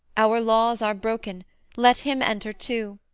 our laws are broken let him enter too